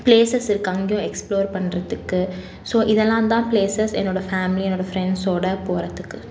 places இருக்கு அங்கேயும் explore பண்ணுறதுக்கு ஸோ இதெல்லாம்தான் பிளேஸஸ் என்னோட ஃபேமிலி என்னோட ஃப்ரெண்ட்ஸோட போகிறத்துக்கு